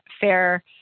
fair